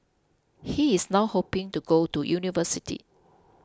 he is now hoping to go to university